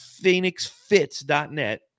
PhoenixFits.net